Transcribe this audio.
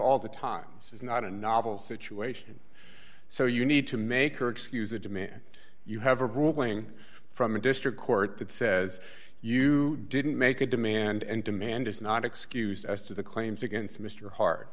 all the time this is not a novel situation so you need to make or excuse a demand you have a ruling from a district court that says you didn't make a demand and demand is not excused as to the claims against mr hart